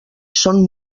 són